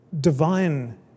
divine